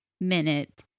minute